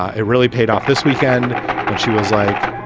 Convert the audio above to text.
it really paid off this weekend when she was like,